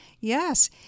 Yes